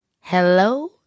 Hello